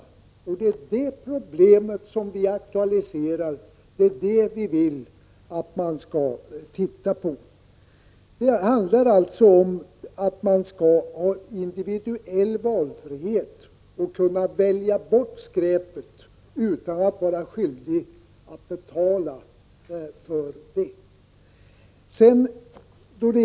Det är detta problem vi vill att man skall titta på. Det handlar alltså om en individuell valfrihet, att kunna välja bort skräpet utan att vara skyldig att betala för det.